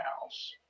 house